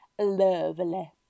Lovely